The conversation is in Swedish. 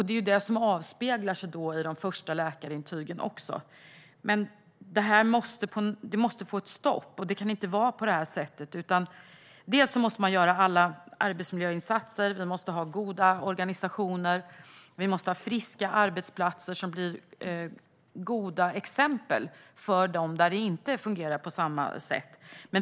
Det är också det som avspeglar sig i de första läkarintygen. Detta måste få ett stopp, för det kan inte få vara på det här sättet. Dels måste man göra alla arbetsmiljöinsatser. Vi måste ha goda organisationer och friska arbetsplatser som blir goda exempel för dem där det inte fungerar på samma sätt.